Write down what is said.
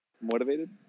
Motivated